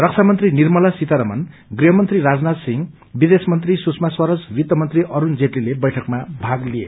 रक्षामंत्री निर्मला सीतारमण गृहमंत्री राजनाथ सिंह विदेशमंत्री सुषमा स्वराज वित्तमंत्री अरूण जेटलीले बैठकमा भाग लिए